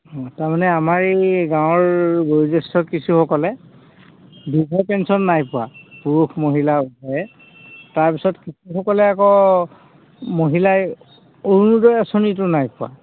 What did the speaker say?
অঁ তাৰমানে আমাৰ এই গাঁৱৰ বয়োজ্যেষ্ঠ কিছুসকলে বৃদ্ধ পেঞ্চন নাই পোৱা পুৰুষ মহিলা উভয়ে তাৰপিছত কিছুসকলে আকৌ মহিলাই অৰুণোদয় আঁচনিটো নাই পোৱা